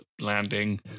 landing